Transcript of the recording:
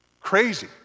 crazy